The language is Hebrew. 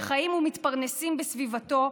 שחיות ומתפרנסות בסביבתו,